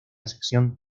sección